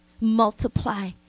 multiply